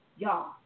y'all